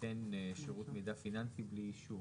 שייתן שירות מידע פיננסי בלי אישור.